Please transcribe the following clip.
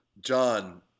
John